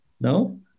no